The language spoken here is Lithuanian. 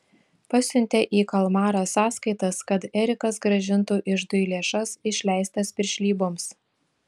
pasiuntė į kalmarą sąskaitas kad erikas grąžintų iždui lėšas išleistas piršlyboms